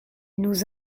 nous